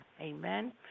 Amen